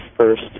first